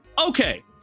Okay